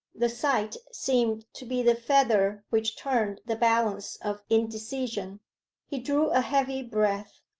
the sight seemed to be the feather which turned the balance of indecision he drew a heavy breath,